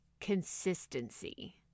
Consistency